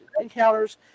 encounters